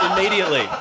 immediately